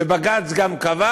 ובג"ץ גם קבע